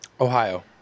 Ohio